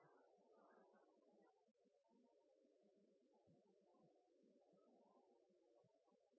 Det er